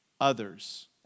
others